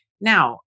Now